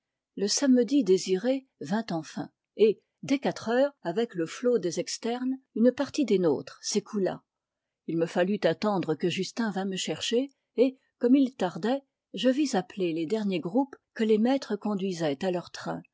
le samedi désiré vint enfin et dès quatre heures avec le flot des externes une partie des nôtres s'écoula il me fallut attendre que justin vînt me chercher et comme il tardait je vis appeler les derniers groupes que les maîtres conduisaient à leurs trains